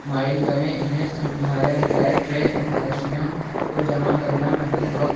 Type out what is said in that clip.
مائل کریں انہیں سمجھایا جائے کہ ان اشیاء کو جمع کرنا محض وقت